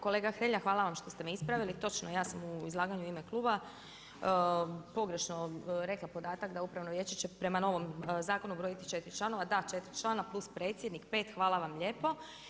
Kolega Hrelja, hvala vam što ste me ispravili, točno, ja sam u izlaganju u ime kluba pogrešno rekla podataka da upravno vijeće će prema novom zakona brojiti 4 članova, da 4 člana plus predsjednik, hvala vam lijepo.